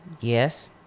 Yes